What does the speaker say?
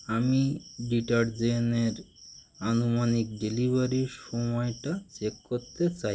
আমি ডিটারজেন্টের আনুমানিক ডেলিভারির সময়টা চেক করতে চাই